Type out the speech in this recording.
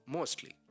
Mostly